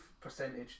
percentage